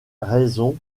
raisons